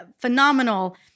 phenomenal